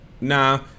Nah